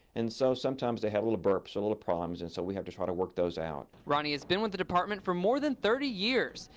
and so sometimes they have little burps, little problems and so we have to try to work those out. ronnie has been with the department for more than thirty years.